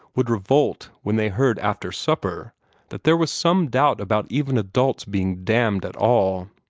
would revolt when they heard after supper that there was some doubt about even adults being damned at all.